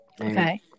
Okay